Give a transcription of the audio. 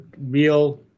real